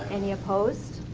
any opposed?